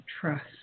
trust